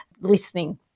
listening